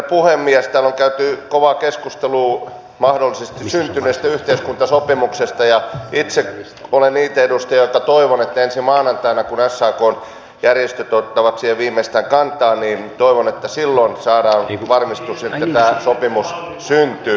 täällä on käyty kovaa keskustelua mahdollisesti syntyneestä yhteiskuntasopimuksesta ja itse olen niitä edustajia jotka toivovat että ensi maanantaina kun sakn järjestöt ottavat siihen viimeistään kantaa saadaan varmistus että tämä sopimus syntyy